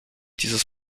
dieses